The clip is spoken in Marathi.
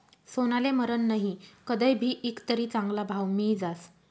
सोनाले मरन नही, कदय भी ईकं तरी चांगला भाव मियी जास